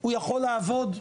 הוא יכול לעבוד,